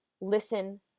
listen